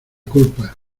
culpa